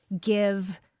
give